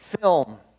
film